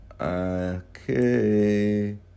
okay